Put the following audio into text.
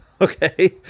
okay